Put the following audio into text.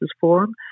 Forum